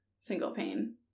single-pane